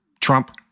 Trump